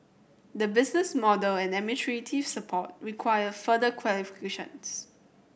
the business model and administrative support require further clarifications